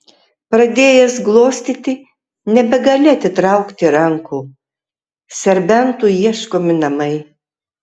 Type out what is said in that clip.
pradėjęs glostyti nebegali atitraukti rankų serbentui ieškomi namai